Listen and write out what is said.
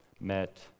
met